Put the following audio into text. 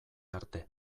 arte